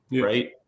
right